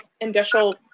industrial